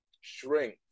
shrink